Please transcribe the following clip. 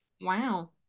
Wow